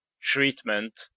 treatment